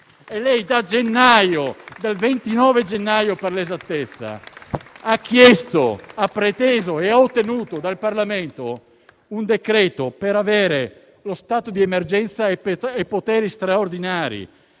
- dal 29 gennaio, per l'esattezza - ha chiesto, preteso e ottenuto dal Parlamento un decreto per avere lo stato di emergenza e poteri straordinari.